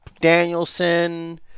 Danielson